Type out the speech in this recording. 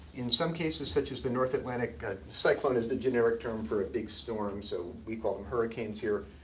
in some cases, such as the north atlantic cyclone is the generic term for a big storm, so we call them hurricanes here.